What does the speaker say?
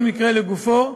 כל מקרה לגופו.